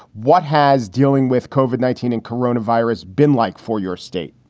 what has dealing with koven nineteen in corona virus been like for your state?